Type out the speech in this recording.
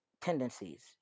Tendencies